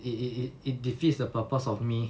it it it it defeats the purpose of me